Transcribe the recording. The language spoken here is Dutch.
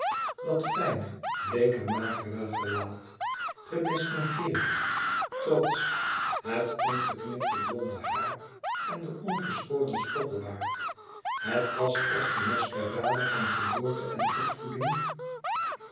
dat fijne bleeke magere gelaat gedistingeerd trots het ongeknipte blonde haar en den ongeschoren stoppelbaard het was als de maskerade van geboorte en opvoeding